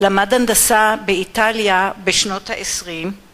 למד הנדסה באיטליה בשנות ה-20.